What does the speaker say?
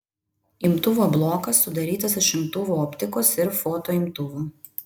imtuvo blokas sudarytas iš imtuvo optikos ir fotoimtuvo